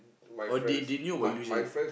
oh they they knew about Illusions